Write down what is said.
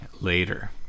later